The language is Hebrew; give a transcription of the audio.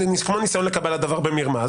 כמו ניסיון לקבל דבר במרמה.